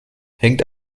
hängt